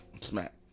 Smack